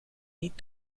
niet